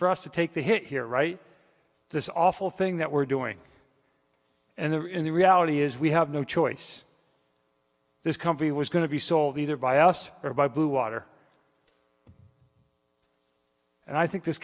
us to take the hit here right this awful thing that we're doing and there in the reality is we have no choice this company was going to be sold either by us or by blue water and i think this